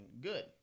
good